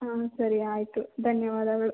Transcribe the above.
ಹಾಂ ಸರಿ ಆಯಿತು ಧನ್ಯವಾದಗಳು